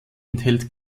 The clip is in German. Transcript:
enthält